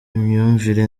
imyumvire